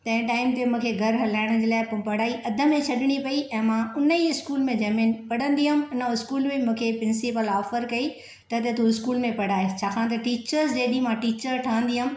तंहिं टाइम ते मूंखे घर हलाइण जे लाइ पोइ पढ़ाई अध में छॾिणी पेई ऐं मां उन ई स्कूल में जंहिं में पढ़ंदी हुअमि उन स्कूल में मूंखे प्रिंसीपल ऑफर कई त त तू स्कूल में पढ़ाए छाकाणि त टीचर्स डे ॾींहुं मां टीचर ठहंदी हुअमि